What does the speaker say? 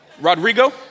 Rodrigo